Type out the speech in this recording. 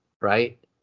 right